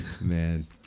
Man